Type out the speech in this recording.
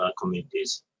communities